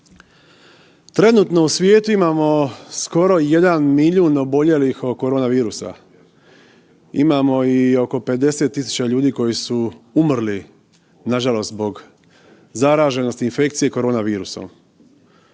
trenutno u svijetu imamo skoro jedan milijun oboljelih od koronavirusa. Imamo i oko 50 000 ljudi koji su umrli nažalost zbog zaraženosti infekcije koronavirusom.